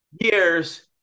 years